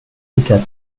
étape